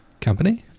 company